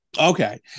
Okay